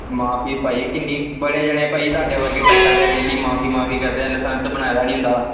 ਮੁਆਫ਼ੀ ਭਾਅ ਜੀ ਕਿੰਨੀ ਬੜੇ ਜਾਣੇ ਭਾਅ ਜੀ ਤੁਹਾਡੇ ਵਰਗੇ ਟੱਕਰਦੇ ਆ ਡੇਲੀ ਮੁਆਫ਼ੀ ਮੁਆਫ਼ੀ ਕਰਦੇ ਆ ਲਸੈਂਸ ਬਣਾਇਆ ਦਾ ਨਹੀਂ ਹੁੰਦਾ